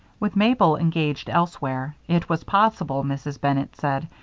with mabel engaged elsewhere, it was possible, mrs. bennett said,